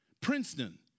Princeton